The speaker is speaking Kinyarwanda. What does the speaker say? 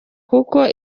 kuko